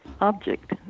object